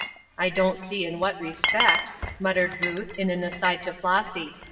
i don't see in what respect, muttered ruth in an aside to flossy.